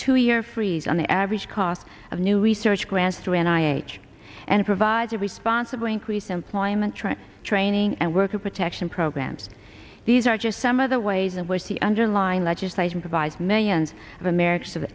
two year freeze on the average cost of new research grants to an i h and provides a responsible increase employment trends training and worker protection programs these are just some of the ways in which the underlying legislation provides millions of americans have